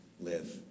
live